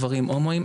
גברים הומואים.